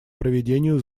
проведению